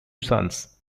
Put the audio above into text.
sons